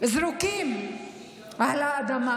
זרוקים על האדמה.